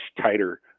tighter